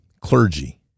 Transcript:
clergy